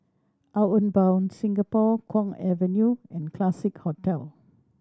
Outward Bound Singapore Kwong Avenue and Classique Hotel